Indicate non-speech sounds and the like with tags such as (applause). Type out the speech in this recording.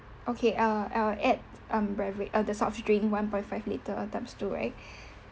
okay err err add um bevera~ err the soft drink one point five litre times two right (breath)